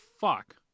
fuck